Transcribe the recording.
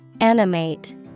Animate